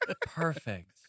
perfect